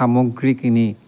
সামগ্ৰী কিনি